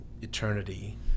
eternity